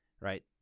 right